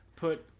put